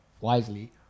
wisely